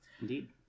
Indeed